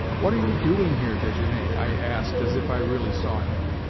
what are you doing here, desgenais? i asked, as if i really saw him.